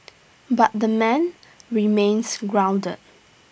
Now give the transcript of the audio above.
but the man remains grounded